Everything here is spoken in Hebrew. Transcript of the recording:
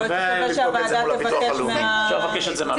אפשר לבקש את זה מהביטוח הלאומי.